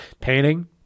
painting